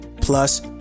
plus